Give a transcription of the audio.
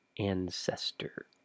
Ancestor